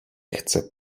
chce